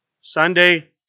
Sunday